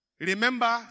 Remember